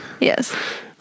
yes